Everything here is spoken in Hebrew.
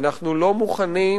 אנחנו לא מוכנים,